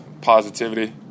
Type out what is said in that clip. positivity